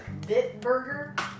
Bitburger